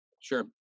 Sure